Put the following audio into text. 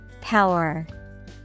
Power